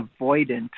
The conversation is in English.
avoidant